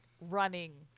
running